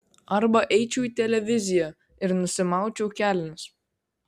arba eičiau į televiziją ir nusimaučiau kelnes